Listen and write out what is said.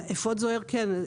אפוד זוהר, כן.